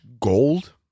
gold